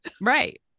Right